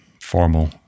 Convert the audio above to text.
formal